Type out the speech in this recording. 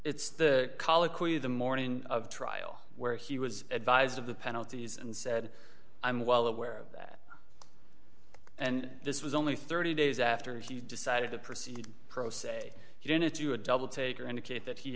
of the morning of trial where he was advised of the penalties and said i'm well aware of that and this was only thirty days after he decided to proceed pro se he didn't you a double take your indicate that he